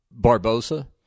Barbosa